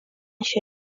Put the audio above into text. che